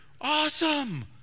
Awesome